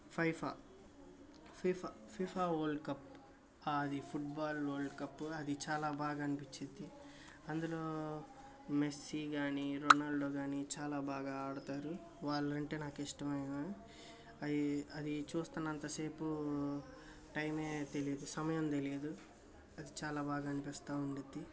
FIFA FIFA FIFA world cup అది football world cup అది చాలా బాగా అనిపిచ్చిద్ధి అందులో మెస్సీ కాని రోనాల్డో కాని చాలా బాగా ఆడతారు వాళ్ళు అంటే నాకు ఇష్టమే అది చూస్తున్నంత సేపు టైమే తెలియదు సమయం తెలియదు అది చాలా బాగా అనిపిస్తూ ఉండుద్ది